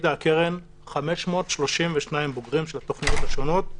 העמידה הקרן 532 בוגרים של התכניות השונות,